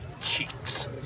cheeks